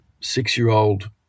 six-year-old